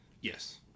Yes